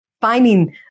finding